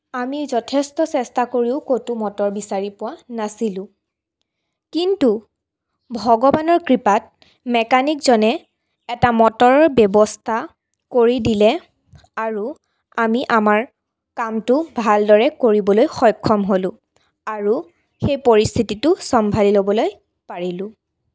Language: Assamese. আমি যথেষ্ট চেষ্টা কৰিও ক'তো মটৰ বিচাৰি পোৱা নাছিলোঁ কিন্তু ভগৱানৰ কৃপাত মেকানিকজনে এটা মটৰৰ ব্যৱস্থা কৰি দিলে আৰু আমি আমাৰ কামটো ভালদৰে কৰিবলৈ সক্ষম হ'লোঁ আৰু সেই পৰিস্থিতিটো চম্ভালি ল'বলৈ পাৰিলোঁ